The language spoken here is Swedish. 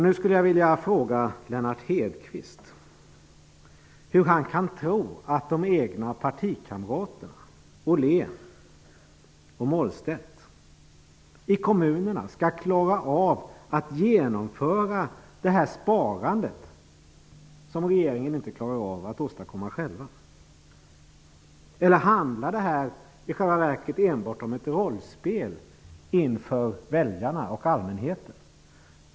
Nu skulle jag vilja fråga Lennart Hedquist hur han kan tro att de egna partikamraterna Ollén och Mollstedt i kommunerna skall klara av att genomföra det sparande som regeringen inte klarar av att åstadkomma själv. Eller handlar det här i själva verket enbart om ett rollspel inför väljarna och allmänheten?